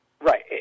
Right